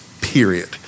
period